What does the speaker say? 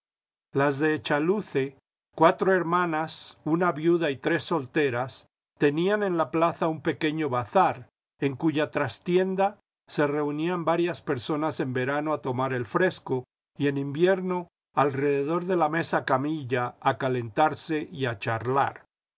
las de echaluce cuatro hermanas una viuda y tres solteras tenían en la plaza un pequeño bazar en cuya trastienda se reunían varias personas en verano a tomar el fresco y en invierno alrededor de la mesa camilla a calentarse y a charlar